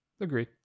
Agreed